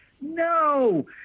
no